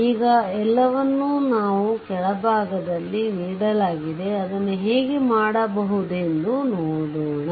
ಈಗ ಎಲ್ಲವನ್ನೂ ನಾವು ಕೆಳಭಾಗದಲ್ಲಿ ನೀಡಲಾಗಿದೆ ಅದನ್ನು ಹೇಗೆ ಮಾಡಬಹುದೆಂದು ನೋಡೋಣ